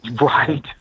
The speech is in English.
right